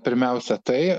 pirmiausia tai